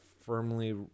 firmly